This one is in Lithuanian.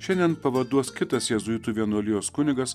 šiandien pavaduos kitas jėzuitų vienuolijos kunigas